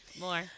More